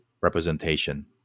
representation